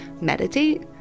meditate